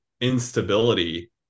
instability